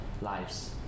lives